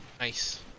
Nice